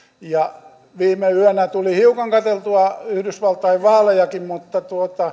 viime yönä tuli hiukan katseltua yhdysvaltain vaalejakin mutta